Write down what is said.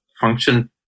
function